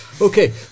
Okay